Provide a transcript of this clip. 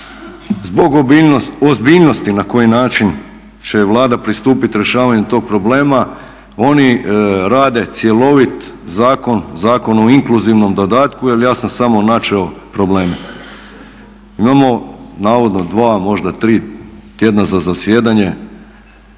zbog ozbiljnosti na koji način će Vlada pristupiti rješavanju tog problema oni rade cjelovit zakon, Zakon o inkluzivnom dodatku, jer ja sam samo načeo probleme. Imamo navodno dva, možda tri tjedna za zasjedanje,